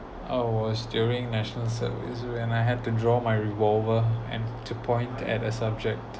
I was during national service when I had to draw my revolver and to point at a subject